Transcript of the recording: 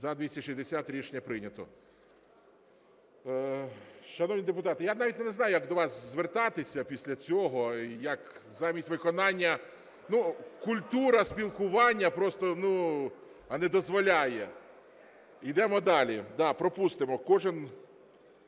За-260 Рішення прийнято. Шановні депутати, я навіть не знаю, як до вас звертатися після цього, як замість виконання… культура спілкування просто не дозволяє. Йдемо далі, пропустимо. Кожен